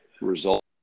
result